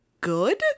good